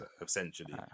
essentially